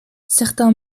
certains